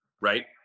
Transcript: right